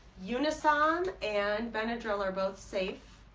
unisom and benadryl are both safe